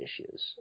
issues